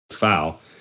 foul